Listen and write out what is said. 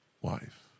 wife